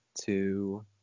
two